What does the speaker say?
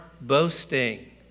boasting